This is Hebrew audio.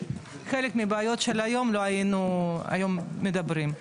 חלק מהבעיות של היום לא היינו היום מדברים.